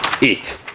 eat